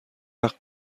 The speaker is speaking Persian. وقت